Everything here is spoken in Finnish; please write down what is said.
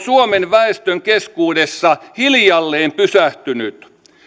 suomen väestön keskuudessa hiljalleen pysähtynyt